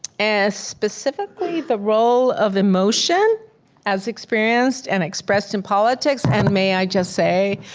as specifically the role of emotion as experienced and expressed in politics. and may i just say,